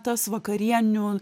tas vakarienių